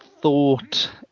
thought